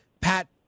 Pat